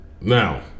Now